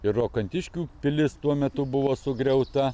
ir rokantiškių pilis tuo metu buvo sugriauta